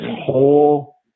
whole